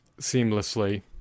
seamlessly